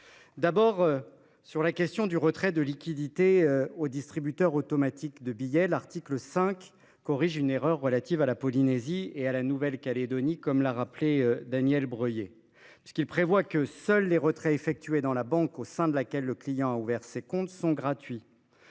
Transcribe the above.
concernant le retrait de liquidités aux distributeurs automatiques de billets, l’article 5 a pour objet de corriger une erreur relative à la Polynésie française et à la Nouvelle Calédonie, comme le rappelait Daniel Breuiller. Il prévoit que seuls les retraits effectués dans la banque au sein de laquelle le client a ouvert ses comptes soient gratuits.